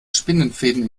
spinnenfäden